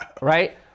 Right